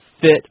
fit